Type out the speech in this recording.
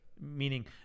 meaning